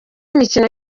mikino